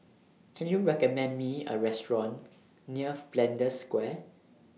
Can YOU recommend Me A Restaurant near Flanders Square